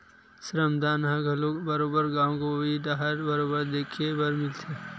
श्रम दान ह घलो बरोबर गाँव गंवई डाहर बरोबर देखे बर मिलथे